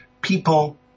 people